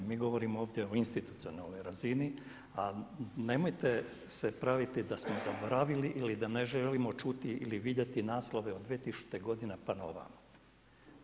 Mi govorimo ovdje o institucionalnoj razini a nemojte se praviti dasmo zaboravili ili da ne želimo čuti ili vidjeti naslove od 200. pa na ovamo.